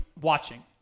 watching